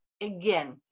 again